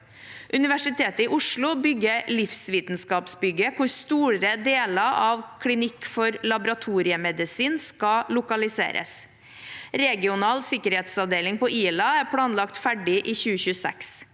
Universitetet i Oslo bygger Livsvitenskapsbygget, hvor store deler av Klinikk for laboratoriemedisin skal lokaliseres. Regional sikkerhetsavdeling på Ila er planlagt ferdig i 2026.